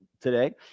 today